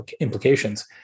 implications